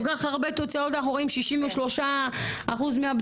ילך בן עמי שהיא חברתי והיא אחת באמת